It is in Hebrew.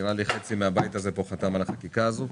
נראה לי שחצי מהבית הזה חתם על החקיקה הזאת.